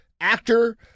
actor